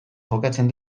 jokatzen